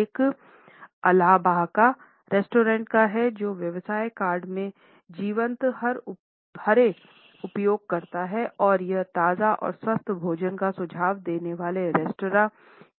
एक आलबाहाका रेस्तरां का है जो व्यवसाय कार्ड में जीवंत हरे उपयोग करता है और यह ताजा और स्वस्थ भोजन का सुझाव देने वाले रेस्तरां